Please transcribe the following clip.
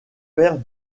père